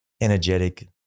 energetic